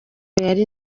yari